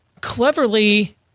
cleverly